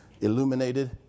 illuminated